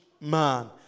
man